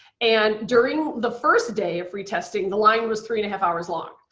and during the first day of free testing the line was three and half hours long.